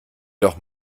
doch